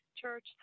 Church